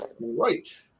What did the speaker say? Right